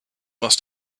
must